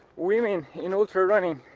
women in ultra running